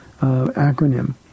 acronym